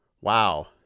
Wow